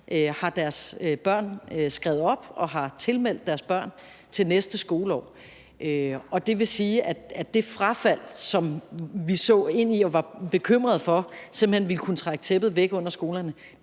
har deres børn skrevet op og har tilmeldt deres børn til næste skoleår. Og det vil sige, at det frafald, som vi så ind i og var bekymrede for simpelt hen ville kunne trække tæppet væk under skolerne,